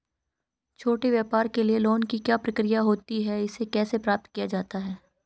छोटे व्यापार के लिए लोंन की क्या प्रक्रिया होती है और इसे कैसे प्राप्त किया जाता है?